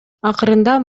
акырында